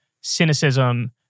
cynicism